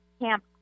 Camp